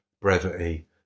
brevity